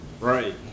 Right